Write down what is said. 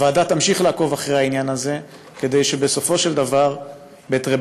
הוועדה תמשיך לעקוב אחרי העניין הזה כדי שבסופו של דבר טרבלינקה,